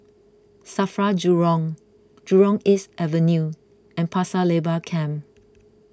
Safra Jurong Jurong East Avenue and Pasir Laba Camp